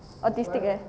autistic leh